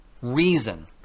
Reason